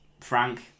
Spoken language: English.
Frank